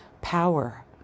power